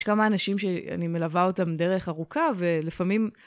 יש כמה אנשים שאני מלווה אותם דרך ארוכה ולפעמים...